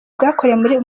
bwakorewe